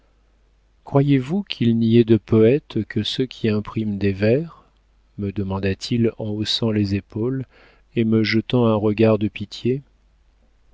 croyez-vous qu'il n'y ait de poètes que ceux qui impriment des vers me demanda-t-il en haussant les épaules et me jetant un regard de pitié